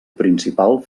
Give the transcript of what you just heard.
principal